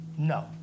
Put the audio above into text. No